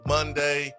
Monday